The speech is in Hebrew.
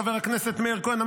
חבר הכנסת מאיר כהן,